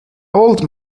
old